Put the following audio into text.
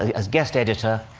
as guest editor,